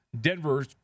Denver